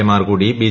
A മാർ കൂടി B